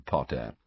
Potter